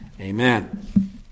Amen